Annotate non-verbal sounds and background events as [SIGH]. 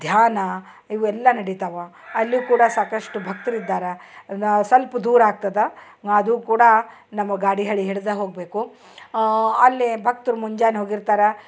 ಧ್ಯಾನ ಇವೆಲ್ಲ ನಡಿತವ ಅಲ್ಲು ಕೂಡ ಸಾಕಷ್ಟು ಭಕ್ತರಿದ್ದಾರೆ [UNINTELLIGIBLE] ಸ್ವಲ್ಪ ದೂರಾಗ್ತದ ಅದೂ ಕೂಡ ನಮ್ಮ ಗಾಡಿ ಹಳಿ ಹಿಡ್ದ ಹೋಗಬೇಕು ಅಲ್ಲಿ ಭಕ್ತರು ಮುಂಜಾನೆ ಹೋಗಿರ್ತಾರೆ